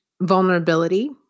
vulnerability